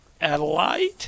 Adelaide